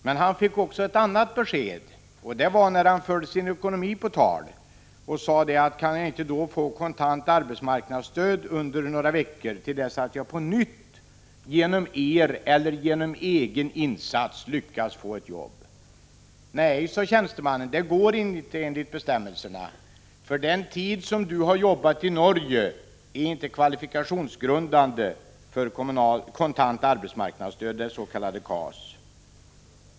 Men han fick också ett annat besked, och det var när han förde sin ekonomi på tal och bad om kontant arbetsmarknadsstöd under några veckor till dess han på nytt genom arbetsförmedlingen eller genom egen insats kunde få ett jobb. Nej, sade tjänstemannen, det går inte enligt bestämmelserna, för den tid som du har jobbat i Norge är inte kvalifikationsgrundande för kontant arbetsmarknadsstöd, det s.k. KAS.